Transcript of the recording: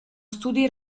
studi